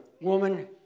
woman